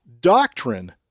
doctrine